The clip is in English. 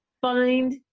find